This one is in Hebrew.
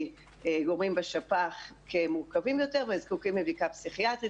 גורמי בשפ"ח כמורכבים יותר וזקוקים לבדיקה פסיכיאטרית.